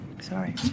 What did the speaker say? Sorry